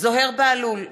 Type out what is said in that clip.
זוהיר בהלול,